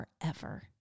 forever